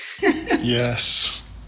Yes